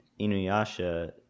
Inuyasha